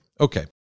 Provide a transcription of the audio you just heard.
Okay